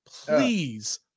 Please